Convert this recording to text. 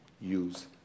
use